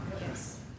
Yes